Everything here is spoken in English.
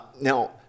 Now